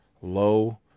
low